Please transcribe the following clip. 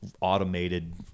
automated